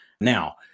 Now